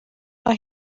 mae